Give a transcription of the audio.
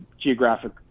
geographic